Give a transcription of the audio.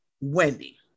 Wendy